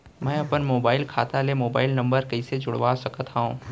मैं अपन खाता ले मोबाइल नम्बर कइसे जोड़वा सकत हव?